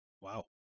Wow